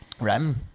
REM